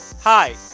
hi